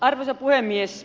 arvoisa puhemies